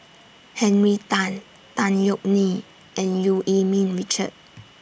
Henry Tan Tan Yeok Nee and EU Yee Ming Richard